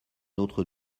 autre